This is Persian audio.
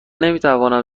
نمیتوانم